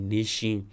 Nation